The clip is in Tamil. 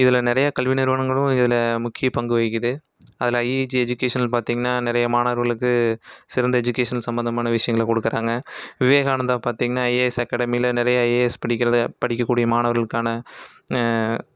இ நிறைய கல்வி நிறுவனங்களும் இதில் முக்கியப் பங்கு வகிக்குது அதில் ஐஇஜி எஜுகேஷ்னல் பார்த்தீங்கன்னா நிறைய மாணவர்களுக்கு சிறந்த எஜுகேஷ்ன் சம்மந்தமான விஷயங்களை கொடுக்கறாங்க விவேகானந்தா பார்த்தீங்கன்னா ஐஏஎஸ் அகாடமியில் நிறைய ஐஏஎஸ் படிக்கறதை படிக்கக்கூடிய மாணவர்களுக்கான